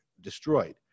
destroyed